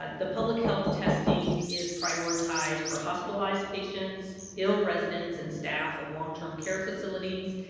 ah the public health testing is prioritized for hospitalized patients, ill residents and staff of long-term care facilities,